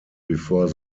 before